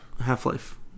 Half-Life